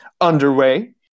underway